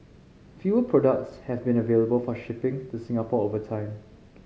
fewer products have been available for shipping to Singapore over time